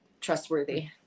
trustworthy